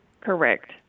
Correct